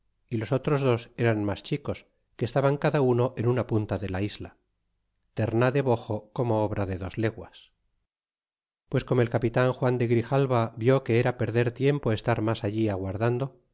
y los otros dos eran mas chicos que estaba cada uno en una punta de la isla terna de bojo como obra de dos leguas pues como el capitan juan de grijalva vió que era perder tiempo estar mas allí aguardando